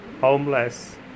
homeless